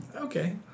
Okay